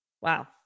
Wow